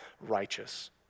righteous